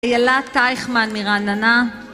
אילה טייכמן מרעננה